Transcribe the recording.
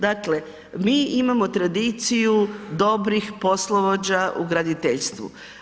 Dakle, mi imamo tradiciju dobrih poslovođa u graditeljstvu.